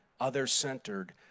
other-centered